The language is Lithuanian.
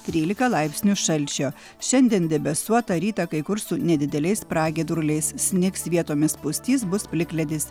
trylika laipsnių šalčio šiandien debesuota rytą kai kur su nedideliais pragiedruliais snigs vietomis pustys bus plikledis